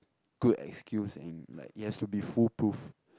good excuse and like it has to be foolproof